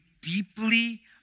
deeply